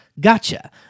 gotcha